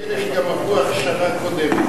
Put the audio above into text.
בתאי מעצר, ויש כאלה שגם עברו הכשרה קודמת.